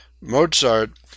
mozart